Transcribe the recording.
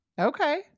Okay